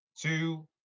two